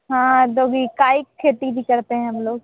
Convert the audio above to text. हाँ काइट खेती भी करते हैं हम लोग